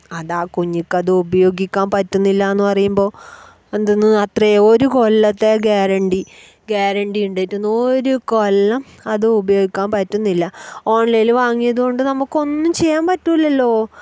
അത് ആ കുഞ്ഞിക്കത് ഉപയോഗിക്കാൻ പറ്റുന്നില്ല എന്ന് പറയുമ്പോൾ എന്താണ് അത്ര ഒരു കൊല്ലത്തെ ഗ്യാരൻറി ഗ്യാരൻറി ഉണ്ടായിട്ട് ഒരു കൊല്ലം അതുപയോഗിക്കാൻ പറ്റുന്നില്ല ഓൺലൈനി വാങ്ങിയത് കൊണ്ട് നമുക്കൊന്നും ചെയ്യാൻ പറ്റില്ലല്ലോ